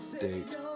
date